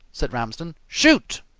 said ramsden. shoot!